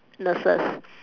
nurses